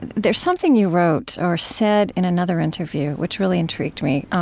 and there's something you wrote or said in another interview, which really intrigued me.